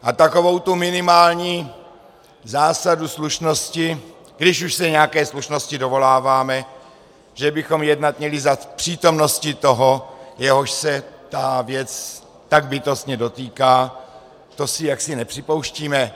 A takovou tu minimální zásadu slušnosti, když už se nějaké slušnosti dovoláváme, že bychom měli jednat za přítomnosti toho, jehož se ta věc tak bytostně dotýká, to si jaksi nepřipouštíme?